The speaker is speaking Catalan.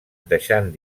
deixant